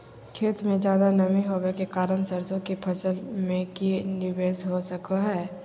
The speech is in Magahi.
खेत में ज्यादा नमी होबे के कारण सरसों की फसल में की निवेस हो सको हय?